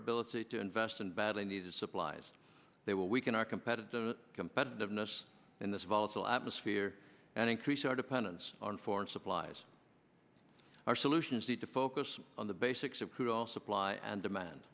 ability to invest in badly needed applies they will weaken our competitive competitiveness in this volatile atmosphere and increase our dependence on foreign supplies our solutions need to focus on the basics of cruel supply and demand